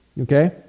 Okay